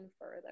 further